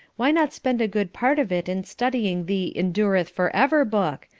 why not spend a good part of it in studying the endureth-for-ever book,